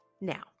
Now